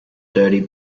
dirty